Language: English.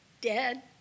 dead